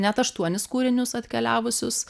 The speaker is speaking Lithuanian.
net aštuonis kūrinius atkeliavusius